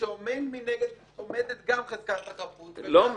כשעומדים מנגד גם חזקת החפות וגם החשדות,